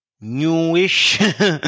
newish